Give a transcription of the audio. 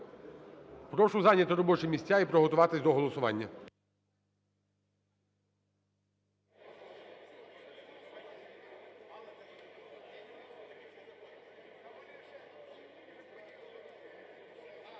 Прошу зайняти робочі місця і приготуватись до голосування.